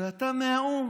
ואתה מהאו"ם.